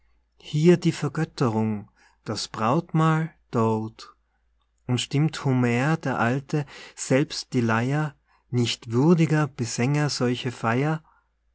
hier die vergötterung das brautmahl dort und stimmt homer der alte selbst die leyer nicht würdiger besäng er solche feier